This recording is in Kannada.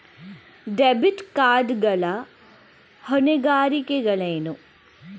ಡೆಬಿಟ್ ಕಾರ್ಡ್ ಗಳ ಹೊಣೆಗಾರಿಕೆಗಳೇನು?